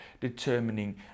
determining